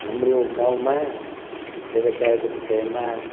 हाम्रो गाउँमा व्यवसायको विषयमा